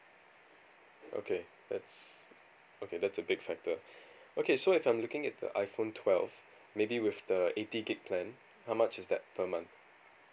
okay that's okay that's a big factor okay so if I'm looking at the iphone twelve maybe with the eighty gig plan how much is that per month